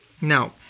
Now